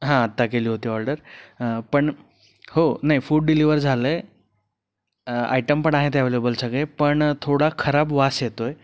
हां आत्ता केली होती ऑर्डर पण हो नाही फूड डिलिव्हर झालं आहे आयटम पण आहेत अव्हेलेबल सगळे पण थोडा खराब वास येतो आहे